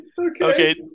Okay